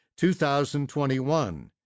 2021